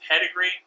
pedigree